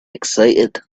excited